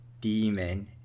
demon